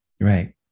Right